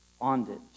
bondage